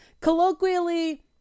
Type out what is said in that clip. Colloquially